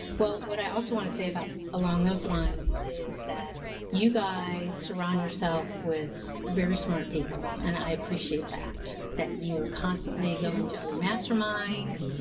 well, what i also want to say about along those lines is that you guys surround yourself with very smart people and i appreciate that that you are constantly hearing to other masterminds.